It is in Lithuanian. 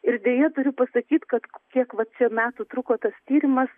ir deja turiu pasakyt kad tiek vat čia metų truko tas tyrimas